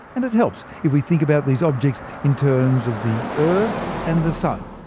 and it helps if we think about these objects in terms of the earth and the sun.